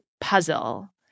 puzzle